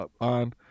on